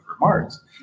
remarks